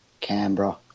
Canberra